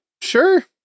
Sure